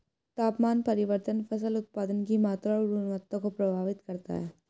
तापमान परिवर्तन फसल उत्पादन की मात्रा और गुणवत्ता को प्रभावित करता है